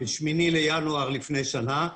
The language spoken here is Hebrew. ב-8 בינואר לפני שנה.